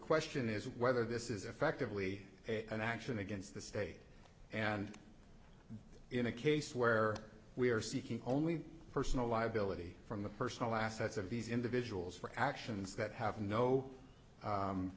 question is whether this is effectively an action against the state and in a case where we are seeking only personal liability from the personal assets of these individuals for actions that have